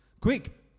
Quick